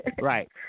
Right